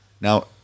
Now